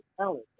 talent